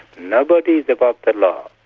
nobody is above the law,